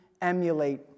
emulate